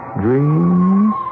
Dreams